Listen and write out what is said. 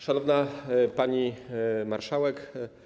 Szanowna Pani Marszałek!